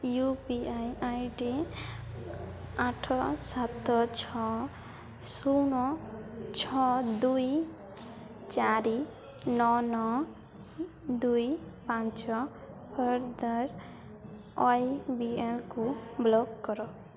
you P I I D ଆଠ ସାତ ଛଅ ଶୂନ ଛଅ ଦୁଇ ଚାରି ନଅ ନଅ ଦୁଇ ପାଞ୍ଚକୁ at the rate Y B L block କର